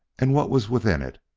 and what was within it?